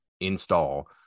install